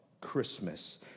Christmas